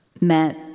met